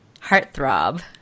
heartthrob